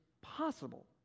possible